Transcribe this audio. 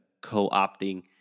co-opting